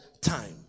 time